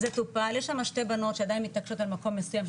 יש שמה שתי בנות שעדיין מתעקשות על מקום מסוים,